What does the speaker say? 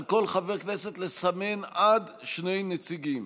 על כל חבר כנסת לסמן עד שני נציגים.